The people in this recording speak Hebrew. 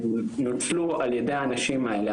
נוצלו על ידי האנשים האלה,